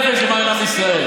הוא מסר נפש למען עם ישראל.